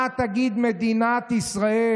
מה תגיד מדינת ישראל?